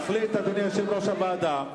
תחליט, אדוני יושב-ראש הוועדה.